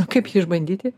o kaip jį išbandyti